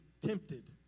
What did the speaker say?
tempted